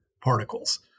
particles